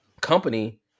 company